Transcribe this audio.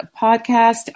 podcast